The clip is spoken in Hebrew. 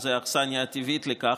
שהיא האכסניה הטבעית לכך,